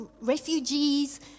refugees